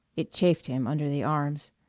it chafed him under the arms.